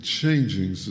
changing